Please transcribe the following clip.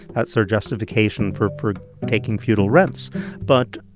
that's their justification for for taking feudal rents but,